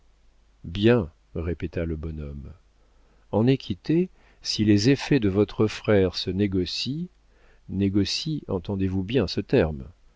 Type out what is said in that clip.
bien bien répéta le bonhomme en équité si les effets de votre frère se négocient négocient entendez-vous bien ce terme